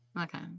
Okay